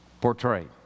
Portrayed